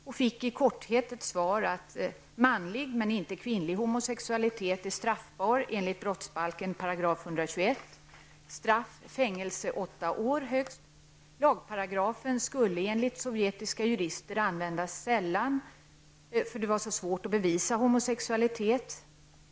Man fick i korthet till svar att manlig men inte kvinnlig homosexualitet är straffbar enligt 121 § brottsbalken och att straffet är fängelse i högst 8 år. Lagparagrafen skulle enligt sovjetiska jurister användas sällan, eftersom det var så svårt att bevisa homosexualitet.